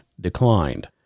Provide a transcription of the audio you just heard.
declined